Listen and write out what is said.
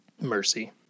mercy